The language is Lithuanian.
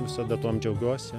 visada tuom džiaugiuosi